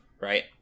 right